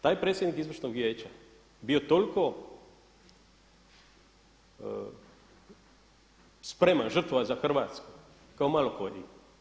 Taj predsjednik izvršnog vijeća je bio toliko spreman žrtvovat za Hrvatsku kao malo koji.